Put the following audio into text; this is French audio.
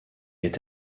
est